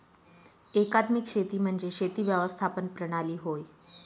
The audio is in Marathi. एकात्मिक शेती म्हणजे शेती व्यवस्थापन प्रणाली होय